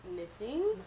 Missing